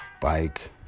bike